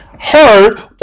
heard